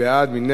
מי נגד?